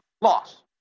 loss